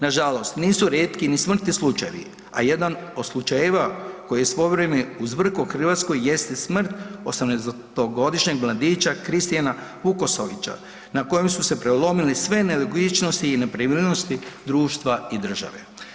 Nažalost, nisu rijetki ni smrtni slučajevi, a jedan od slučajeva koji je svojevremeno uzburko Hrvatsku jeste smrt 18. godišnjeg mladića Kristijana Vukasovića na kojem su se prelomile sve nelogičnosti i nepravilnosti društva i države.